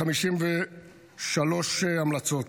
עם 53 המלצות.